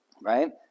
right